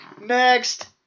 Next